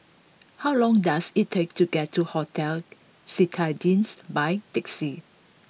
how long does it take to get to Hotel Citadines by taxi